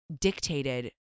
dictated